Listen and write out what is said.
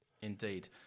indeed